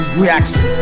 reaction